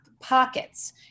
pockets